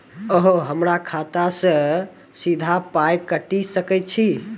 अहॉ हमरा खाता सअ सीधा पाय काटि सकैत छी?